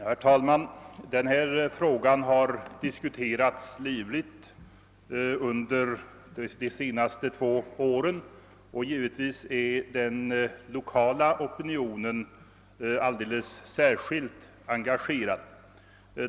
Herr talman! Denna fråga har diskuterats livligt under de senaste två åren, och givetvis är den lokala opinionen alldeles särskilt engagerad.